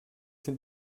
sind